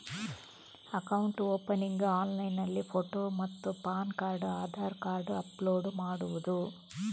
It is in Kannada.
ಅಕೌಂಟ್ ಓಪನಿಂಗ್ ಆನ್ಲೈನ್ನಲ್ಲಿ ಫೋಟೋ ಮತ್ತು PAN card Aadhaar card upload ಮಾಡುವುದು?